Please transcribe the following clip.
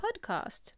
podcast